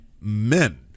men